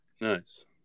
Nice